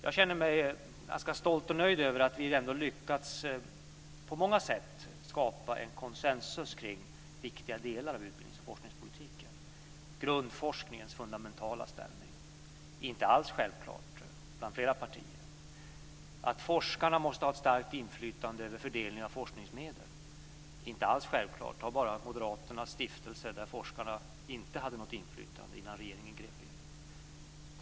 Jag känner mig ganska stolt och nöjd över att vi ändå på många sätt har lyckats att skapa en konsensus kring viktiga delar av utbildnings och forskningspolitiken. Grundforskningens fundamentala ställning är inte alldeles självklar bland flera partier. Att forskarna måste ha ett starkt inflytande över fördelningen av forskningsmedel är inte alls självklart. Moderaterna inrättade stiftelser där forskarna inte hade något inflytande innan regeringen grep in.